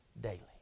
daily